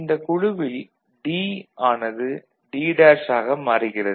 இந்தக் குழுவில் D ஆனது D' ஆக மாறுகிறது